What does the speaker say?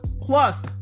Plus